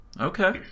Okay